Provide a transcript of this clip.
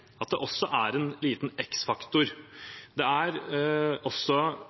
at det også er mulig. Det